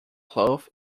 cloth